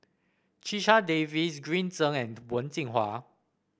Checha Davies Green Zeng and Wen Jinhua